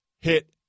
hit